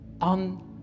on